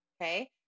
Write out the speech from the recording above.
Okay